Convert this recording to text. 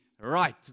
right